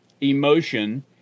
emotion